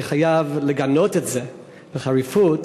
אני חייב לגנות את זה בחריפות,